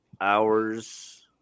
hours